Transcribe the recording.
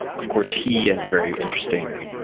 ah of course, he has a very interesting